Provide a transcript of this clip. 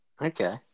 Okay